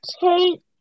take